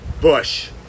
Bush